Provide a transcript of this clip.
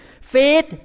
faith